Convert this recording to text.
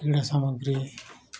କ୍ରୀଡ଼ା ସାମଗ୍ରୀ